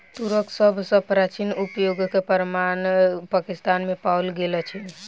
तूरक सभ सॅ प्राचीन उपयोगक प्रमाण पाकिस्तान में पाओल गेल अछि